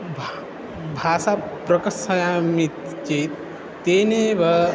भा भाषां प्रकाशयामि इत् चेत् तेनेव